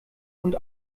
und